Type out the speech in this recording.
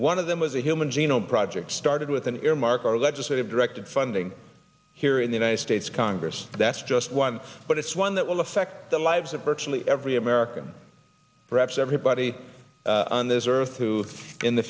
one of them was the human genome project started with an earmark or legislative directive funding here in the united states congress that's just one but it's one that will affect the lives of virtually every american perhaps everybody on this earth who in the